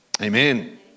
amen